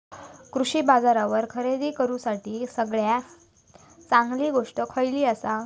कृषी बाजारावर खरेदी करूसाठी सगळ्यात चांगली गोष्ट खैयली आसा?